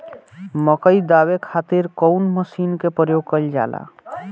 मकई दावे खातीर कउन मसीन के प्रयोग कईल जाला?